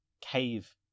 cave